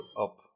up